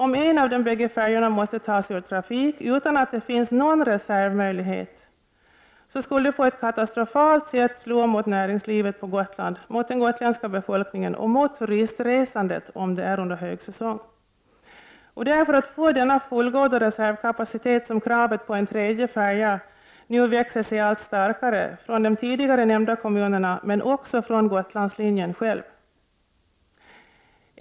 Om en av de båda färjorna måste tas ur trafik utan att det finns någon reservmöjlighet så skulle det på ett katastrofalt sätt slå mot näringslivet på Gotland, mot den gotländska befolkningen och mot turistresandet i de fall det handlar om högsäsong. Det är för att få denna fullgoda reservkapacitet som kravet på en tredje färja nu växer sig allt starkare från de tidigare nämnda kommunerna men också från Gotlandslinjen själv.